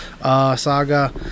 saga